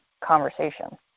conversation